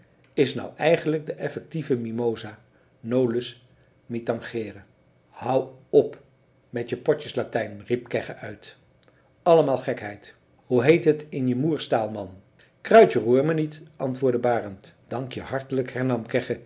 is nou eigenlijk de effetieve mimosa nolus mi tangere hou op met je potjes latijn riep kegge uit allemaal gekheid hoe heet het in je moers taal man kruidje roer me niet antwoordde barend dankje hartelijk